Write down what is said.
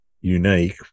unique